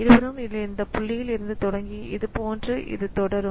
இருவரும் இந்த புள்ளியில் இருந்து தொடங்கி இதுபோன்று இது தொடரும்